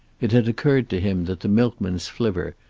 it had occurred to him that the milkman's flivver,